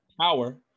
power